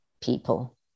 people